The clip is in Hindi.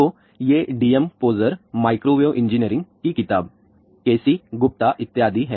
तो ये D M Pozar microwave engineering की किताब K C Gupta इत्यादि हैं